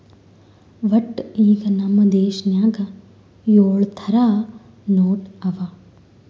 ವಟ್ಟ ಈಗ್ ನಮ್ ದೇಶನಾಗ್ ಯೊಳ್ ಥರ ನೋಟ್ ಅವಾ